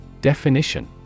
Definition